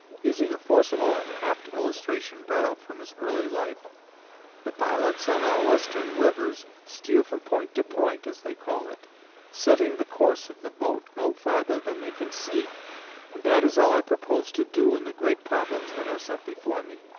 using a forcible and apt illustration borrowed from his early life the pilots on our western rivers steer from point to point, as they call it setting the course of the boat no farther than they can see and that is all i propose to do in the great problems that are set before me.